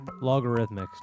Logarithmic